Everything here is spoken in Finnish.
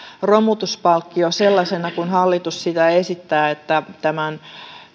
romutuspalkkio sellaisena kuin hallitus sitä esittää että tämän